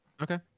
Okay